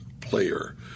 player